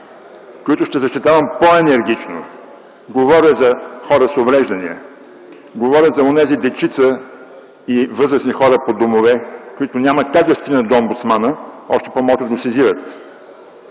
които ще защитавам по-енергично – говоря за хора с увреждания, говоря за онези дечица и възрастни хора по домове, които няма как да стигнат до омбудсмана, още по-малко да го сезират.